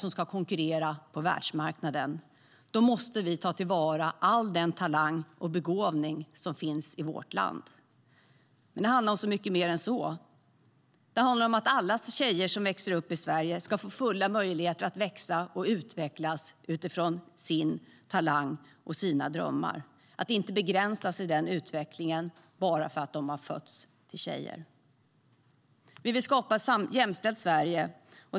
Om vi ska kunna konkurrera på världsmarknaden måste vi ta till vara all den talang och begåvning som finns i vårt land. Vi vill skapa ett jämställt Sverige.